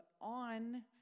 on